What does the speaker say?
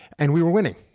and we were winning.